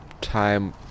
time